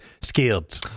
scared